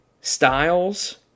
styles